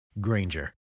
Granger